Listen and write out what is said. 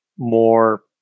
more